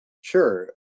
Sure